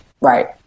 Right